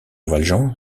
valjean